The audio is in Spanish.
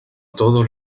todos